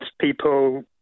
people